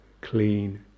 clean